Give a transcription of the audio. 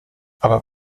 aber